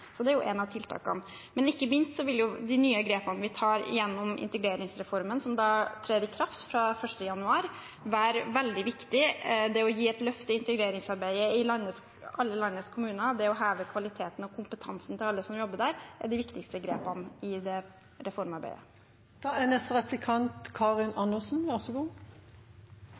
Det er ett av tiltakene. Ikke minst vil de nye grepene vi tar gjennom integreringsreformen, som trer i kraft fra 1. januar, være veldig viktige. Det å gi et løft til integreringsarbeidet i alle landets kommuner, det å heve kvaliteten og å heve kompetansen til alle som jobber der, er de viktigste grepene i reformarbeidet. Det er